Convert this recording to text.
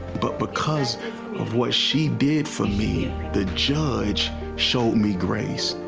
but because of what she did for me, the judge showed me grace.